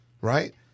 right